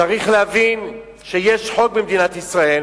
צריך להבין שיש חוק במדינת ישראל,